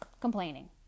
complaining